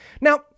Now